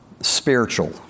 spiritual